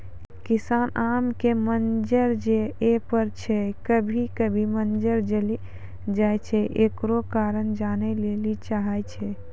किसान आम के मंजर जे स्प्रे छैय कभी कभी मंजर जली जाय छैय, एकरो कारण जाने ली चाहेय छैय?